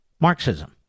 Marxism